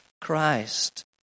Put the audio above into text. Christ